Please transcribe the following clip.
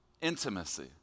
intimacy